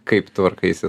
kaip tvarkaisi